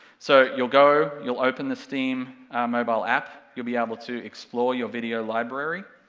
so, you'll go, you'll open the steam mobile app, you'll be able to explore your video library.